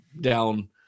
down